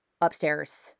upstairs